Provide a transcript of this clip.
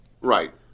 right